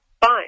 fine